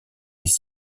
des